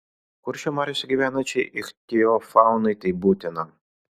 kuršių mariose gyvenančiai ichtiofaunai tai būtina